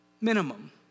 minimum